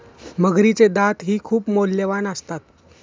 मगरीचे दातही खूप मौल्यवान असतात